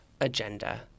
agenda